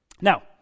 Now